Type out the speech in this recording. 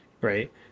Right